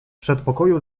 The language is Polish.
przedpokoju